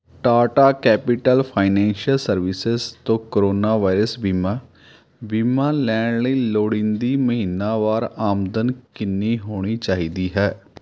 Tata Capital Financial Services ਤੋਂ corona virus ਬੀਮਾ ਬੀਮਾ ਲੈਣ ਲਈ ਲੋੜੀਂਦੀ ਮਹੀਨਾਵਾਰ ਆਮਦਨ ਕਿੰਨੀ ਹੋਣੀ ਚਾਹੀਦੀ ਹੈ